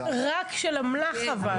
רק של אמל"ח אבל?